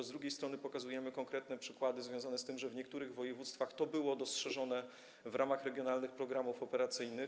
Z drugiej strony pokazujemy konkretne przykłady związane z tym, że w niektórych województwach było to dostrzeżone w ramach regionalnych programów operacyjnych.